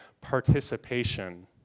participation